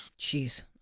Jeez